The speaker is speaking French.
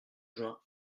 juin